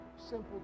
simple